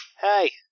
hey